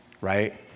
right